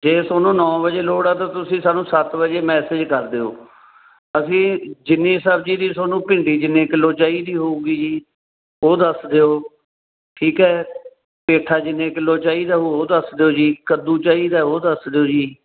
ਜੇ ਤੁਹਾਨੂੰ ਨੌਂ ਵਜੇ ਲੋੜ ਹੈ ਤਾਂ ਤੁਸੀਂ ਸਾਨੂੰ ਸੱਤ ਵਜੇ ਮੈਸੇਜ ਕਰ ਦਿਓ ਅਸੀਂ ਜਿੰਨੀ ਸਬਜ਼ੀ ਦੀ ਤੁਹਾਨੂੰ ਭਿੰਡੀ ਜਿੰਨੀ ਕਿਲੋ ਚਾਹੀਦੀ ਹੋਊਗੀ ਜੀ ਉਹ ਦੱਸ ਦਿਓ ਠੀਕ ਹੈ ਪੇਠਾ ਜਿੰਨੇ ਕਿੱਲੋ ਚਾਹੀਦਾ ਹੋਊ ਉਹ ਦੱਸ ਦਿਓ ਜੀ ਕੱਦੂ ਚਾਹੀਦਾ ਉਹ ਦੱਸ ਦਿਓ ਜੀ